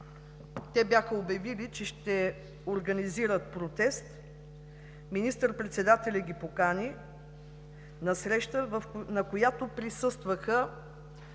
Те бяха обявили, че ще организират протест. Министър-председателят ги покани на среща, на която присъстваха